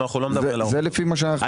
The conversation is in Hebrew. זה לפי מה שאנחנו שומעים.